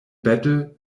battle